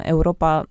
Europa